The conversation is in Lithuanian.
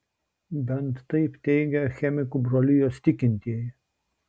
bent taip teigia chemikų brolijos tikintieji